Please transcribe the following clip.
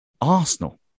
Arsenal